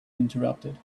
interrupted